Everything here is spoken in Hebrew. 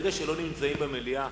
ברגע שלא נמצאים במליאה